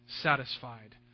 satisfied